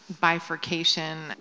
bifurcation